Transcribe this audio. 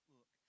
Look